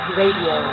radio